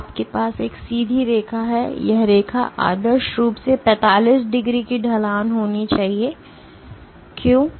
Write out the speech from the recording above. तो आपके पास एक सीधी रेखा है और यह रेखा आदर्श रूप से 45 डिग्री की ढलान होनी चाहिए क्यों